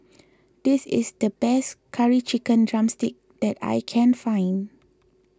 this is the best Curry Chicken Drumstick that I can find